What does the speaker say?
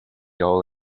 all